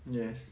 yes